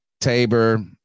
Tabor